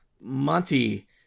Monty